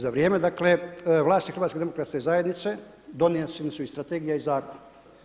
Za vrijeme dakle vlasti HDZ-a donesena su i strategija i zakon.